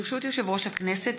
ברשות יושב-ראש הכנסת,